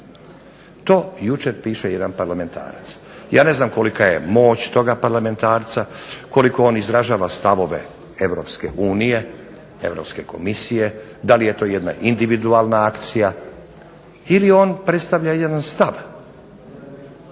To jučer piše jedan parlamentarac. Ja ne znam kolika je moć toga parlamentarca, koliko on izražava stavove Europske unije, Europske Komisije, da li je to jedna individualna akcija, ili on predstavlja jedan stav